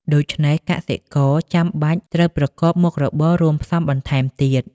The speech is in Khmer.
ដូច្នេះកសិករចាំបាច់ត្រូវប្រកបមុខរបររួមផ្សំបន្ថែមទៀត។